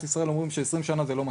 ישראל אומרים ש-20 שנה זה לא מספיק.